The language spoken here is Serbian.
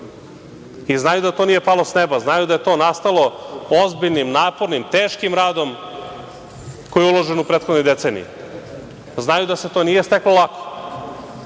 Znaju da to nije palo s neba, znaju da je to nastalo ozbiljnim, napornim, teškim radom koji je uložen u prethodne decenije. Znaju da se to nije steklo lako,